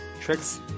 tricks